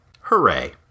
Hooray